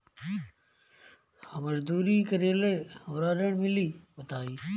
हम मजदूरी करीले हमरा ऋण मिली बताई?